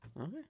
Okay